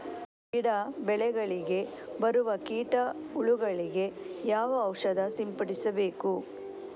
ಗಿಡ, ಬೆಳೆಗಳಿಗೆ ಬರುವ ಕೀಟ, ಹುಳಗಳಿಗೆ ಯಾವ ಔಷಧ ಸಿಂಪಡಿಸಬೇಕು?